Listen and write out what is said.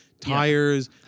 tires